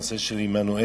הנושא של עמנואל,